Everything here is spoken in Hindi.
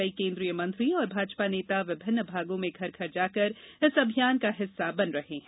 कई केन्द्रीय मंत्री और भाजपा नेता विभिन्न भागों में घर घर जाकर इस अभियान का हिस्सा बन रहे है